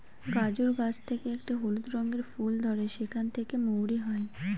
গাজর গাছ থেকে একটি হলুদ রঙের ফুল ধরে সেখান থেকে মৌরি হয়